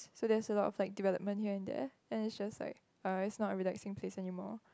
so there's a lot of like development here and there then it's just like uh it's not a relaxing place anymore